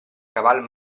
caval